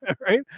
right